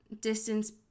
distance